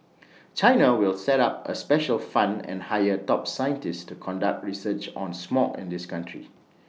China will set up A special fund and hire top scientists to conduct research on smog in the country